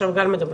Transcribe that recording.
עכשיו גל מדבר.